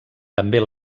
també